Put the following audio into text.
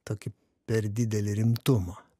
tokį per didelį rimtumą